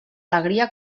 alegria